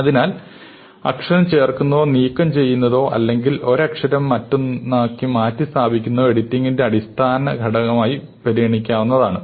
അതിനാൽ അക്ഷരം ചേർക്കുന്നതോ നീക്കം ചെയ്യുന്നതോ അല്ലെങ്കിൽ ഒരക്ഷരം മറ്റൊന്നിനാൽ മാറ്റി സ്ഥാപിക്കുതോ എഡിറ്റിംഗിന്റെ അടിസ്ഥാന ഘട്ടങ്ങളായി കണക്കാക്കാവുന്നതാണ്